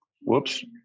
whoops